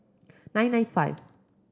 nine nine five